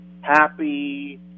happy